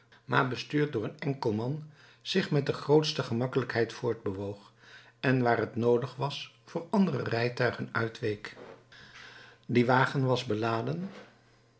maar bestuurd door een enkel man zich met de grootste gemakkelijkheid voortbewoog en waar het noodig was voor andere rijtuigen uitweek die wagen was beladen